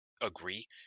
agree